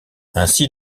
ainsi